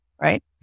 right